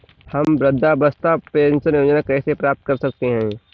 हम वृद्धावस्था पेंशन कैसे प्राप्त कर सकते हैं?